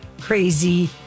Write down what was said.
crazy